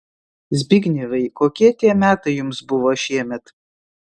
zbignevai kokie tie metai jums buvo šiemet